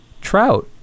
trout